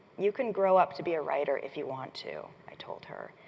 you can grow up to be a writer if you want to, i told her,